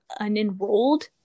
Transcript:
unenrolled